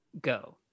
go